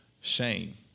shame